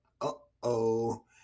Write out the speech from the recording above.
Uh-oh